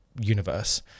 universe